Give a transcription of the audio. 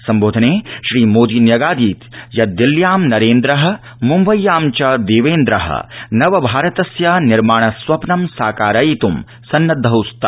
संबोधने श्रीमोदी न्यगादीत् यद् दिल्ल्यां नरेन्द्र मुबव्यां च देवेन्द्र नव भारतस्य निर्माण स्वप्नं साकारयित्ं सन्नद्वौ स्त